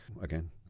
again